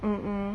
mm mm